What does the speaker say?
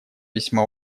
весьма